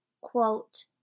quote